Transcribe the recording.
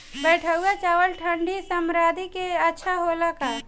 बैठुआ चावल ठंडी सह्याद्री में अच्छा होला का?